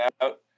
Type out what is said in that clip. out